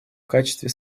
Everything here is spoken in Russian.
качестве